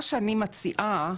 אני מציעה